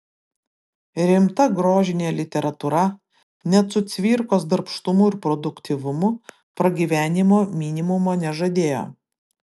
rimta grožinė literatūra net su cvirkos darbštumu ir produktyvumu pragyvenimo minimumo nežadėjo